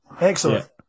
Excellent